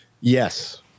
Yes